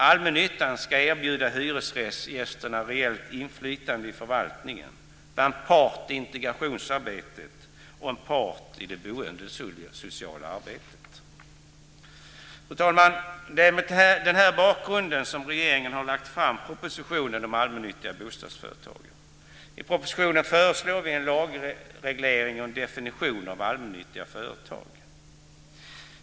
· Allmännyttan ska erbjuda hyresgästerna reellt inflytande i förvaltningen, vara en part i integrationsarbetet och en part i det boendesociala arbetet. Fru talman! Det är mot denna bakgrund som regeringen har lagt fram propositionen om allmännyttiga bostadsföretag. I propositionen föreslår vi en lagreglering och en definition av allmännyttiga företag.